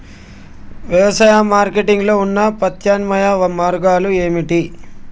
వ్యవసాయ మార్కెటింగ్ లో ఉన్న ప్రత్యామ్నాయ మార్గాలు ఏమిటి?